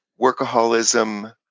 workaholism